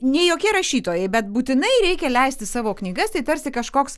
nei jokie rašytojai bet būtinai reikia leisti savo knygas tai tarsi kažkoks